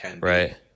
right